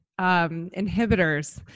inhibitors